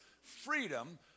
freedom